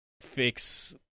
fix